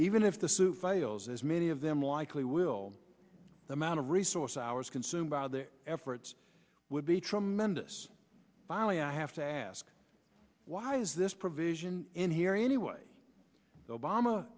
even if the suit fails as many of them likely will the amount of resource hours consumed by their efforts would be tremendous bolli i have to ask why is this provision in here anyway the